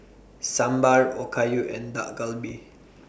Sambar Okayu and Dak Galbi